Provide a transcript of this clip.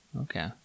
Okay